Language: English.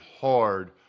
hard